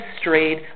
strayed